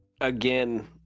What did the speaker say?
Again